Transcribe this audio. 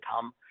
come